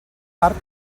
part